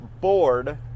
bored